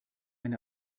ein